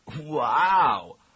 Wow